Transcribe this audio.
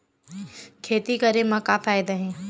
खेती करे म का फ़ायदा हे?